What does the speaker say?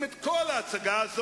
סליחה,